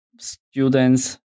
students